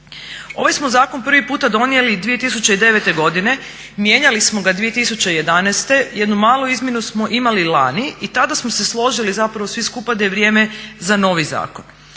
Ovaj smo zakon prvi puta donijeli 2009.godine, mijenjali smo ga 2011.jednu malu izmjenu smo imali lani i tada smo se složili zapravo svi skupa da je vrijeme za novi zakon.